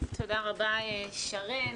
תודה רבה שרן.